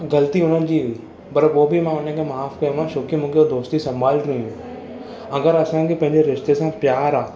ग़लती हुन जी हुई पर पोइ बि मां हुन खे माफ़ कयोमि छो की मूखे दोस्ती सम्भालणी हुई अगर असां खे पंहिंजे रिश्ते सा प्यार आहे